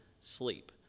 sleep